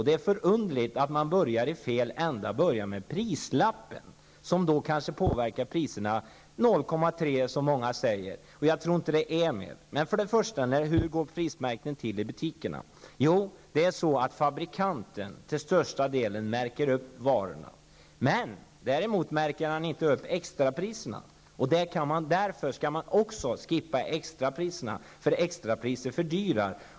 Det är förunderligt att man börjar i fel ända, med prislapparna, som kanske påverkar priserna med 0,3 %, som många säger. Jag tror inte att det är mer. Hur går då prismärkningen till i butikerna? Fabrikanten märker till största delen upp varorna. Men han märker inte upp varorna med extrapriser. Man skall också skippa extrapriserna, därför att de fördyrar.